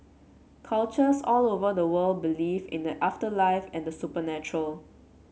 cultures all over the world believe in the afterlife and supernatural